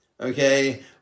okay